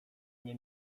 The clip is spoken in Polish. nie